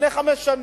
לפני חמש שנים,